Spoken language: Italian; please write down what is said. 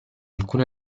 alcun